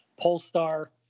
Polestar